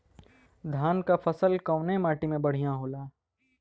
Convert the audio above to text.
धान क फसल कवने माटी में बढ़ियां होला?